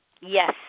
Yes